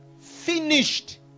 Finished